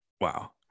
Wow